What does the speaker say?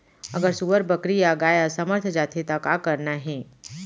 अगर सुअर, बकरी या गाय असमर्थ जाथे ता का करना हे?